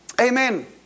Amen